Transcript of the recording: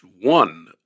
one